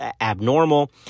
abnormal